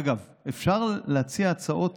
אגב, אפשר להציע הצעות